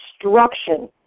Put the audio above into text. destruction